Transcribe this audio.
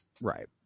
Right